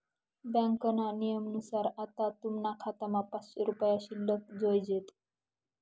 ब्यांकना नियमनुसार आते तुमना खातामा पाचशे रुपया शिल्लक जोयजेत